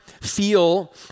Feel